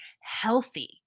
healthy